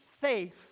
faith